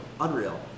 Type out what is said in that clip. Unreal